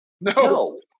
No